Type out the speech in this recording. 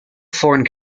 foreign